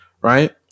right